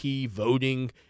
voting